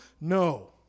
No